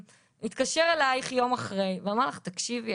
התקשר אלייך יום אחרי ואמר לך 'תקשיבי,